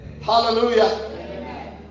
Hallelujah